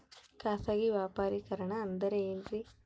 ಖಾಸಗಿ ವ್ಯಾಪಾರಿಕರಣ ಅಂದರೆ ಏನ್ರಿ?